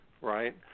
right